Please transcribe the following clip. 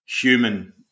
human